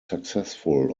successful